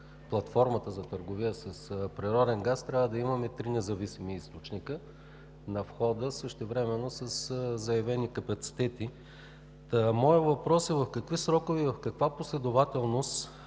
платформата за търговия с природен газ, трябва да имаме три независими източника на входа, същевременно със заявени капацитети. Моят въпрос е: в какви срокове и в каква последователност